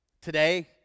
today